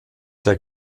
der